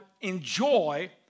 enjoy